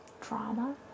Drama